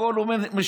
הכול הוא משנה,